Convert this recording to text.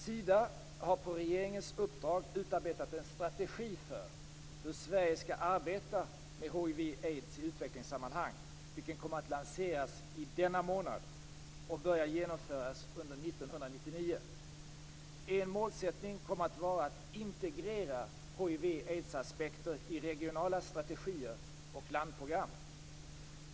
Sida har på regeringens uppdrag utarbetat en strategi för hur Sverige skall arbeta med hiv aidsaspekter i regionala strategier och landprogram.